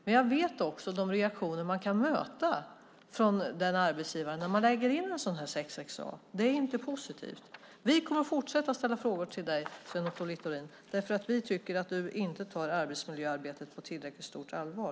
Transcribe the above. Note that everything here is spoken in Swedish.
Men jag vet också vilka reaktioner man kan möta från arbetsgivaren när man hänvisar till 6 kap. 6 a §. Det är inte positivt. Vi kommer att fortsätta att ställa frågor till dig, Sven Otto Littorin, därför att vi tycker att du inte tar arbetsmiljöarbetet på tillräckligt stort allvar.